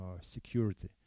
security